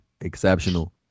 exceptional